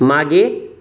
मागे